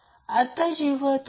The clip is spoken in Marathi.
तर Lω प्रत्यक्षात 31